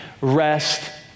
rest